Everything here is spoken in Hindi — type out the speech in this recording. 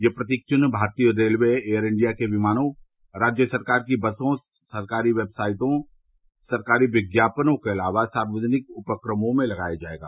यह प्रतीक चिन्ह भारतीय रेलवे एयर इंडिया के विमानों राज्य सरकारों की बसों सरकारी वेबसाइटों सरकारी विज्ञापनों के अलावा सार्वजनिक उपक्रमों में लगाया जाएगा